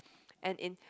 and in